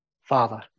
Father